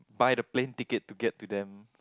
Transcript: buy the plane ticket to get to them